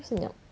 senyap hmm